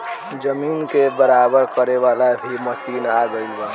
जमीन के बराबर करे वाला भी मशीन आ गएल बा